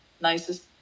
nicest